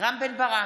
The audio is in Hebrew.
רם בן ברק,